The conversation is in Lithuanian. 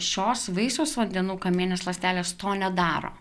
šios vaisiaus vandenų kamieninės ląstelės to nedaro